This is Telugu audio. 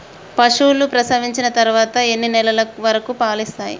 పశువులు ప్రసవించిన తర్వాత ఎన్ని నెలల వరకు పాలు ఇస్తాయి?